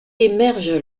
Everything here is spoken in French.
émerge